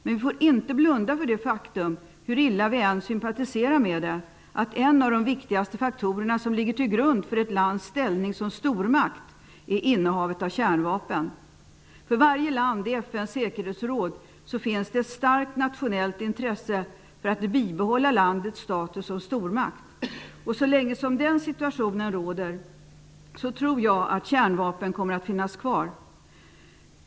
Men vi får inte blunda för det faktum, hur illa vi än sympatiserar med det, att en av de viktigaste faktorerna som ligger till grund för ett lands ställning som stormakt är innehavet av kärnvapen. För varje land i FN:s säkerhetsråd finns det ett starkt nationellt intresse att bibehålla landets status som stormakt. Så länge den situationen råder, tror jag att kärnvapen kommer att finnas kvar.